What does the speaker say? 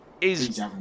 is-